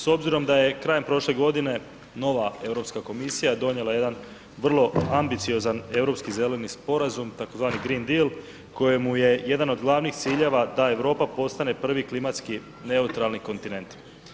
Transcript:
S obzirom da je krajem prošle godine nova Europska komisija donijela jedan vrlo ambiciozan Europski zeleni sporazum tzv. Green Dil kojemu je jedan od glavnih ciljeva da Europa postane prvi klimatski neutralni kontinent.